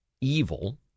evil